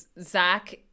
Zach